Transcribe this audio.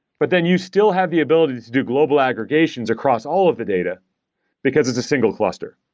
but then you still have the ability to do global aggregations across all of the data because it's a single cluster.